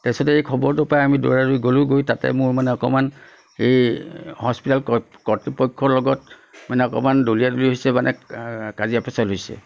তাৰপাছত এই খবৰটো পাই আমি অলপ দৌৰা দৌৰি গ'লোঁ গৈ তাতে মোৰ মানে অকণমান এই হস্পিতাল ক কৰ্তৃপক্ষৰ লগত মানে অকণমান দলিয়াদলি হৈছে মানে কাজিয়া পেঁচাল হৈছে